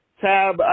Tab